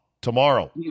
tomorrow